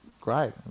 great